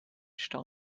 stau